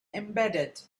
embedded